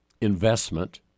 investment